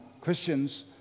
Christians